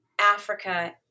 Africa